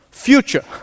future